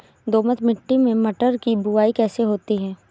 दोमट मिट्टी में मटर की बुवाई कैसे होती है?